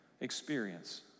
experience